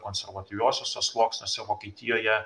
konservatyviuosiuose sluoksniuose vokietijoje